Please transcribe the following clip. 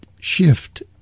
shift